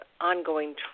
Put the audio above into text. ongoing